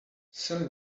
sally